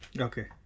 Okay